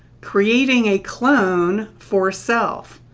creating a clone for self.